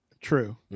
True